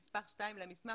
נספח 2 למסמך,